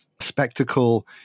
spectacle